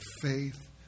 faith